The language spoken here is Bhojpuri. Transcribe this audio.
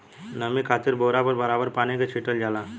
नमी खातिर बोरा पर बराबर पानी के छीटल जाला